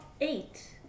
eight